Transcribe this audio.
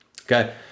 okay